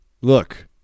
Look